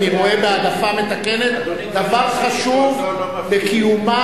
אני רואה בהעדפה מתקנת דבר חשוב בקיומה